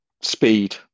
speed